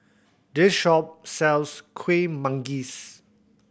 this shop sells Kuih Manggis